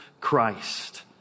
Christ